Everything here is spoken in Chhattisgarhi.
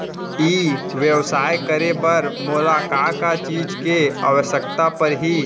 ई व्यवसाय करे बर मोला का का चीज के आवश्यकता परही?